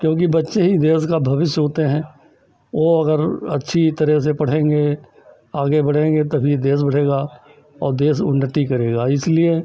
क्योंकि बच्चे ही देश का भविष्य होते हैं वह अगर अच्छी तरह से पढ़ेंगे आगे बढ़ेंगे तभी देश बढ़ेगा और देश उन्नति करेगा इसलिए